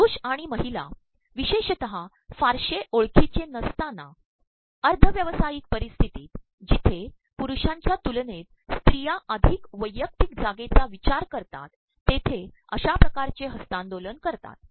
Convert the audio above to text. पुरुष आणण मद्रहला प्रवशेषत फारसे ओळखीचे नसताना अधय व्यावसातयक पररप्स्त्र्तीत प्जर्ेपुरुषांच्या तुलनेत प्स्त्रया अचधक वैयप्क्तक जागेचा प्रवचार करतात तेर्े अश्या िकारचे हस्त्तांदोलन करतात